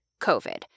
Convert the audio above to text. COVID